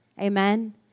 Amen